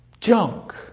junk